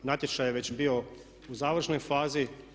Natječaj je već bio u završnoj fazi.